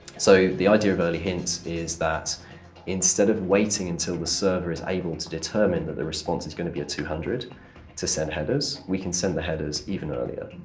so the idea of early hints is that instead of waiting until the server is able to determine that the response is going to be a two hundred to send headers, we can send the headers even earlier.